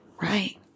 right